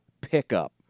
pickup